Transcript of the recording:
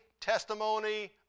Testimony